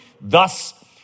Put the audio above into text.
thus